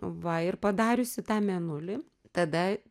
va ir padariusi tą mėnulį tada